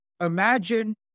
imagine